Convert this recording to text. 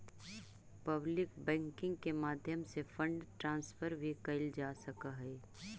public banking के माध्यम से फंड ट्रांसफर भी कैल जा सकऽ हइ